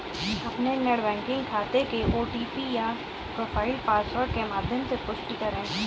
अपने net banking खाते के ओ.टी.पी या प्रोफाइल पासवर्ड के माध्यम से पुष्टि करें